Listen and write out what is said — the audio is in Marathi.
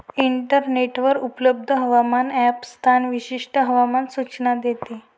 इंटरनेटवर उपलब्ध हवामान ॲप स्थान विशिष्ट हवामान सूचना देते